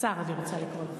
אני רוצה לקרוא לך,